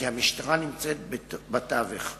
כי המשטרה נמצאת בתווך.